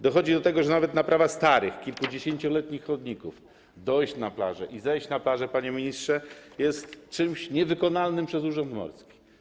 Dochodzi do tego, że nawet naprawa starych, kilkudziesięcioletnich chodników - dojść i zejść na plażę, panie ministrze - jest czymś niewykonalnym przez urząd morski.